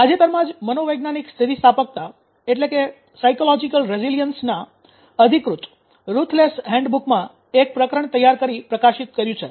તાજેતરમાં જ મનોવૈજ્ઞાનિક સ્થિતિસ્થાપકતા ના અધિકૃત રુથલેસ હેન્ડ બુકમાં એક પ્રકરણ તૈયાર કરી પ્રકાશિત કર્યું છે